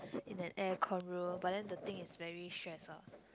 in the aircon room but then the thing is very stress ah